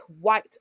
white